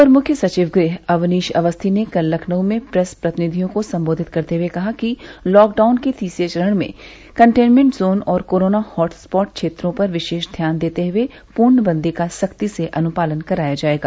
अपर मुख्य सचिव गृह अवनीश अवस्थी ने कल लखनऊ में प्रेस प्रतिनिधियों को सम्बोधित करते हुए कहा कि लॉकडाउन के तीसरे चरण में कटेनमेंट जोन और कोरोना हॉटस्पॉट क्षेत्रों पर विशेष ध्यान देते हुए पूर्णबन्दी का सख्ती से अनुपालन कराया जाएगा